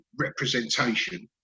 representation